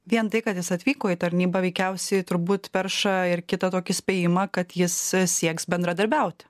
vien tai kad jis atvyko į tarnybą veikiausiai turbūt perša ir kitą tokį spėjimą kad jis sieks bendradarbiauti